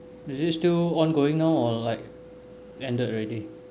is it still ongoing now or like ended already